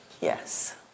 Yes